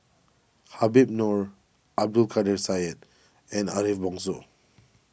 Habib Noh Abdul Kadir Syed and Ariff Bongso